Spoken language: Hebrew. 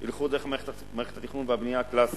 ילכו דרך מערכת התכנון והבנייה הקלאסית.